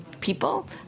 people